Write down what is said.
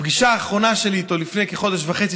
הפגישה האחרונה שלי איתו לפני כחודש וחצי